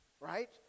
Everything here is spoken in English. right